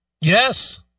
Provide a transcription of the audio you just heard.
Yes